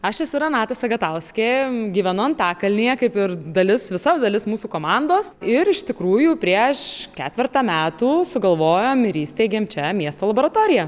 aš esu renata sagatauskė gyvenu antakalnyje kaip ir dalis visa dalis mūsų komandos ir iš tikrųjų prieš ketvertą metų sugalvojom ir įsteigėm čia miesto laboratoriją